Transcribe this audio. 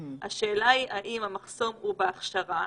השאלה היא האם המחסום הוא בהכשרה,